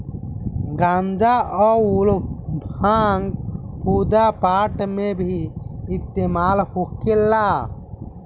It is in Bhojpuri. गांजा अउर भांग पूजा पाठ मे भी इस्तेमाल होखेला